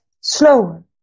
slower